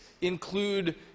include